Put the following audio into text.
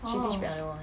she teach piano [one]